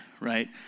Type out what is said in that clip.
right